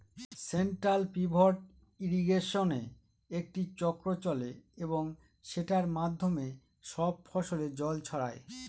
central pivot ইর্রিগেশনে একটি চক্র চলে এবং সেটার মাধ্যমে সব ফসলে জল ছড়ায়